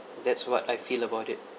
that's what I feel about it